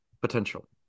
Potential